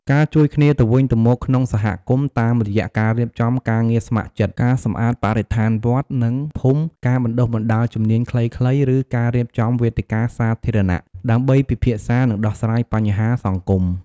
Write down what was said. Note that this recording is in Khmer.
ការជួយគ្នាទៅវិញទៅមក ក្នុងសហគមន៍ តាមរយៈការរៀបចំការងារស្ម័គ្រចិត្ត ការសម្អាតបរិស្ថានវត្ត និងភូមិ ការបណ្ដុះបណ្ដាលជំនាញខ្លីៗ ឬការរៀបចំវេទិកាសាធារណៈដើម្បីពិភាក្សា និងដោះស្រាយបញ្ហាសង្គម។